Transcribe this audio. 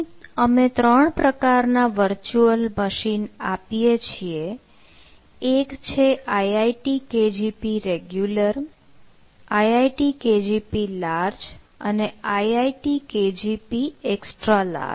અહી અમે ત્રણ પ્રકારના વર્ચ્યુઅલ મશીન આપીએ છીએ એક છે IIT KGP regular IIT KGP large અને IIT KGP extra large